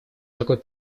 такой